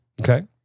Okay